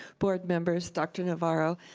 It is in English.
board members, dr. navarro,